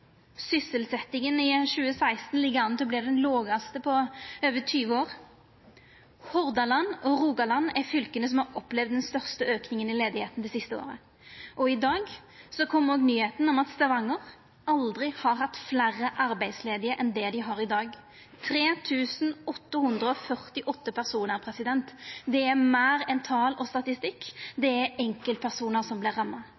sysselsetjinga i 2016 ligg an til å verta den lågaste på over 20 år. Hordaland og Rogaland er dei fylka som har opplevd den største auken i arbeidsløysa det siste året, og i dag kom òg nyheita om at Stavanger aldri har hatt fleire arbeidsledige enn det dei har i dag, 3 848 personar. Det er meir enn tal og statistikk, det er enkeltpersonar som vert ramma.